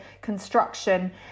construction